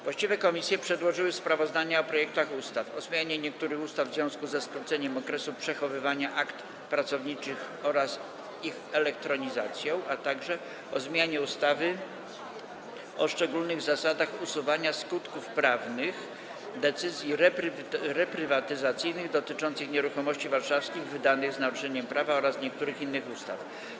Właściwe komisje przedłożyły sprawozdania o projektach ustaw: - o zmianie niektórych ustaw w związku ze skróceniem okresu przechowywania akt pracowniczych oraz ich elektronizacją, - o zmianie ustawy o szczególnych zasadach usuwania skutków prawnych decyzji reprywatyzacyjnych dotyczących nieruchomości warszawskich, wydanych z naruszeniem prawa oraz niektórych innych ustaw.